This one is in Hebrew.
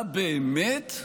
אתה באמת,